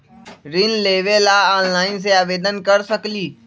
ऋण लेवे ला ऑनलाइन से आवेदन कर सकली?